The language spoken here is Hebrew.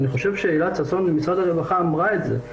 אילת ששון ממשרד הרווחה אמרה את זה.